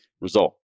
result